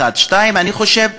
1. 2. אני חושב,